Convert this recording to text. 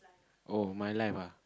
oh my life ah